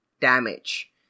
damage